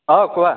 অঁ কোৱা